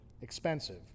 Expensive